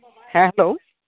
ᱦᱮᱸ ᱦᱮᱞᱳ